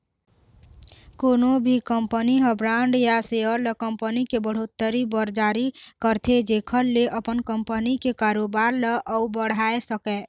कोनो भी कंपनी ह बांड या सेयर ल कंपनी के बड़होत्तरी बर जारी करथे जेखर ले अपन कंपनी के कारोबार ल अउ बढ़ाय सकय